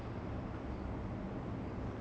like what if you were running